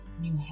new